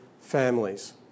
families